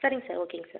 சரிங்க சார் ஓகேங்க சார்